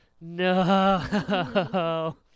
No